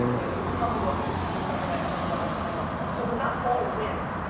right? tumblr was something i spent a lot of time on. so they're not all wins,